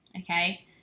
Okay